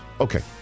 Okay